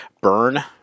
Burn